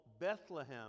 Bethlehem